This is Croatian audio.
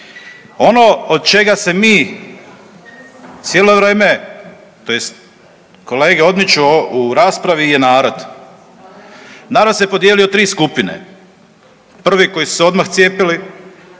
Ono od čega se mi cijelo vrijeme, tj. kolege odmiču u raspravi je narod. Narod se podijelio u tri skupine. Prvi oni koji su se odmah cijepili,